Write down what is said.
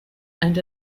and